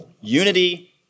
Unity